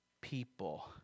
people